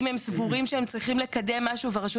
אם הם סבורים שהם צריכים לקדם משהו והרשות